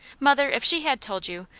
mother, if she had told you,